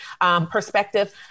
perspective